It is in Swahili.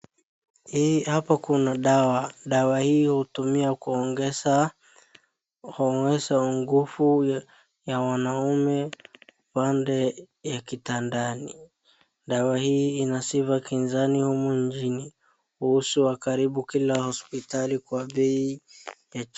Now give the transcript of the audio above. Hapo kuna dawa ,dawa hiyo hutumiwa kuongeza nguvu ya mwanaume upande ya kitandani ,dawa hii ina sifa kinzani humu nchini huuzwa kwa karibu kila hosiptali kwa bei ya chini.